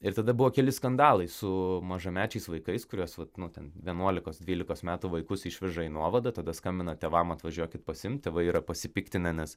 ir tada buvo keli skandalai su mažamečiais vaikais kuriuos vat nu ten vienuolikos dvylikos metų vaikus išveža į nuovadą tada skambina tėvam atvažiuokit pasiimt tėvai yra pasipiktinę nes